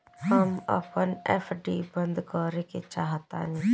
हम अपन एफ.डी बंद करेके चाहातानी